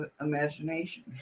imagination